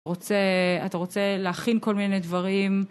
אתה רוצה להכין כל מיני דברים.